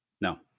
No